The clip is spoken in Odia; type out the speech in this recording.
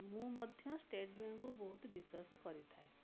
ମୁଁ ମଧ୍ୟ ଷ୍ଟେଟ ବ୍ୟାଙ୍କକୁ ବହୁତ ବିଶ୍ୱାସ କରିଥାଏ